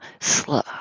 slow